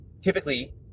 typically